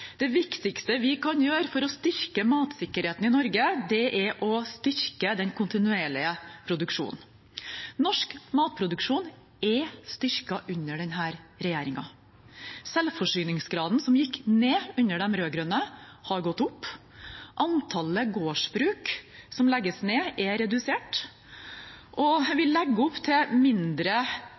Det viktigste vi kan gjøre for å styrke matsikkerheten i Norge, er å styrke den kontinuerlige produksjonen. Norsk matproduksjon er styrket under denne regjeringen. Selvforsyningsgraden, som gikk ned under de rød-grønne, har gått opp, antallet gårdsbruk som legges ned, er redusert, og vi legger opp til mindre